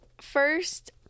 first